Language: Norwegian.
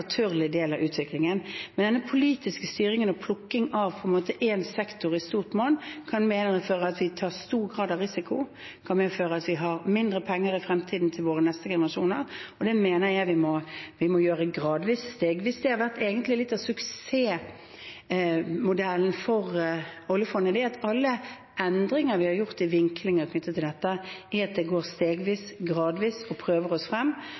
del av utviklingen. Men denne politiske styringen og plukking av på en måte én sektor i stort monn, kan medføre at vi tar stor grad av risiko. Det kan medføre at vi har mindre penger i fremtiden til våre neste generasjoner, og det mener jeg vi må gjøre gradvis og stegvis. Det har egentlig vært litt av suksessmodellen for oljefondet, at alle endringer vi har gjort i vinklinger knyttet til dette, går stegvis og gradvis, vi prøver oss frem